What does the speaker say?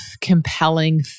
compelling